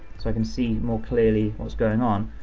so i can see more clearly what's going on.